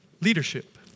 leadership